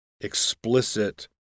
explicit